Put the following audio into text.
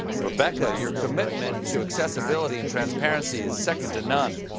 rebekah, your commitment to accessibility and transparency is second to none.